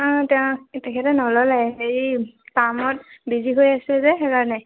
অঁ তেওঁ তেখেতে নল'লে হেৰি পামত বিজি হৈ আছে যে সেইকাৰণে